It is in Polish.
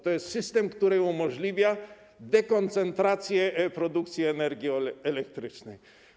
To jest system, który umożliwia dekoncentrację produkcji energii elektrycznej.